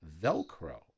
Velcro